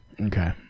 Okay